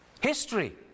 history